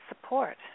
support